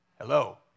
Hello